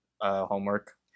homework